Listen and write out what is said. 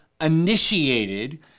initiated